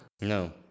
No